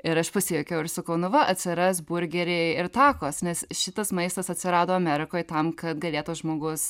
ir aš pasijuokiau ir sakau nu va atsiras burgeriai ir takos nes šitas maistas atsirado amerikoj tam kad galėtų žmogus